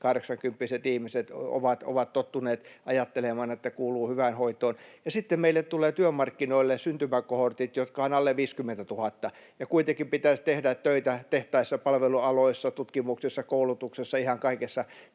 ihmiset ovat tottuneet ajattelemaan, että kuuluu hyvään hoitoon. Ja sitten meille tulee työmarkkinoille syntymäkohortit, joissa on alle 50 000, ja kuitenkin pitäisi tehdä töitä tehtaissa, palvelualoilla, tutkimuksessa, koulutuksessa, ihan kaikessa,